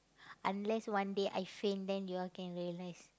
unless one day I faint then you all can realise